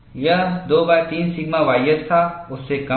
यह 23 sigma ys था उससे कम था